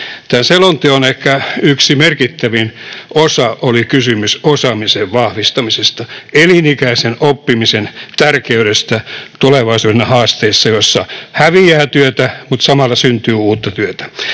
selonteon ehkä yksi merkittävin osa oli kysymys osaamisen vahvistamisesta, elinikäisen oppimisen tärkeydestä tulevaisuuden haasteissa, joissa häviää työtä mutta samalla syntyy uutta työtä,